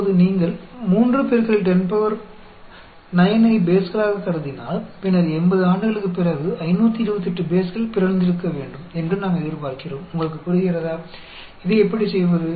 இப்போது நீங்கள் 3 10 9 ஐ பேஸ்களாகக் கருதினால் பின்னர் 80 ஆண்டுகளுக்குப் பிறகு 528 பேஸ்கள் பிறழ்ந்திருக்க வேண்டும் என்று நாம் எதிர்பார்க்கிறோம் உங்களுக்கு புரிகிறதா இதை எப்படி செய்வது